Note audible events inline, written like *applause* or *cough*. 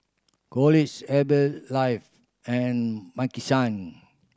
*unintelligible* Herbalife and Maki San